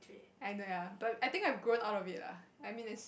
I know ya but I think I've grown out of it lah I mean is